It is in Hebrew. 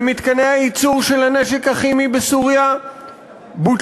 ומתקני הייצור של הנשק הכימי בסוריה בוטלו,